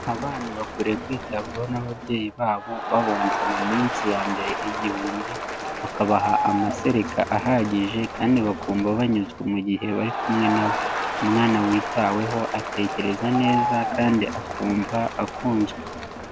Abana bakwiye kwitabwaho n'ababyeyi babo, babonsa mu minsi ya mbere igihumbi, bakabaha amashereka ahagije kandi bakumva banyuzwe mu gihe bari kumwe na bo, umwana witaweho atekereza neza kandi akumva akunzwe.